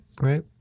right